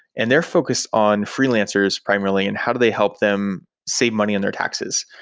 and they're focused on freelancers primarily and how do they help them save money on their taxes.